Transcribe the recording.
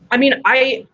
i mean, i,